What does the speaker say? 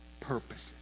purposes